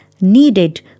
needed